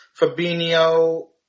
Fabinho